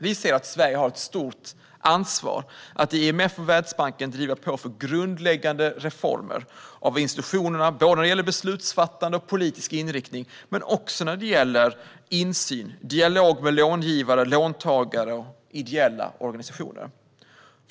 Vi ser att Sverige har ett stort ansvar att i IMF och Världsbanken driva på för grundläggande reformer av institutionerna både när det gäller beslutsfattande och politisk inriktning och när det gäller insyn och dialog med långivare, låntagare och ideella organisationer.